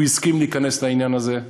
הוא הסכים להיכנס לעניין הזה.